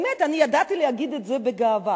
באמת, אני ידעתי להגיד את זה בגאווה.